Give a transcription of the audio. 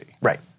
Right